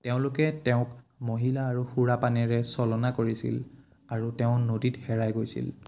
তেওঁলোকে তেওঁক মহিলা আৰু সুৰাপানেৰে ছলনা কৰিছিল আৰু তেওঁ নদীত হেৰাই গৈছিল